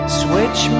switch